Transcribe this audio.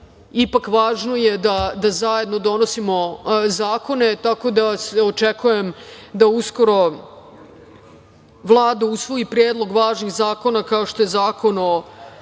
ipak važno je da zajedno donosimo zakone. Tako da očekujem da uskoro Vlada usvoji predlog važnih zakona, kao što je Zakon o